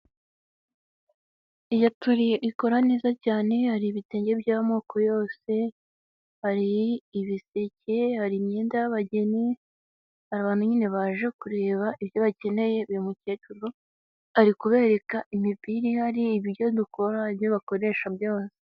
Iyaturiye ikora neza cyane, hari ibitenge by'amoko yose, hari ibisekeye, hari imyenda y'abageni, hari abantu nyine baje kureba ibyo bakeneye, uyu mukecuru ari kubereka imipira ihari, ibiryo dukora, ibyo bakoresha byose.